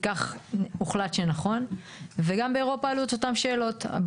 ולכן הנוסח שמוצע כאן הוא